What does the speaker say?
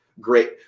great